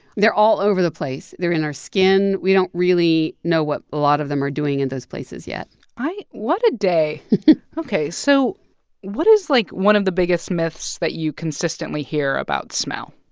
they're all over the place. they're in our skin. we don't really know what a lot of them are doing in those places yet i what a day ok. so what is, like, one of the biggest myths that you consistently hear about smell?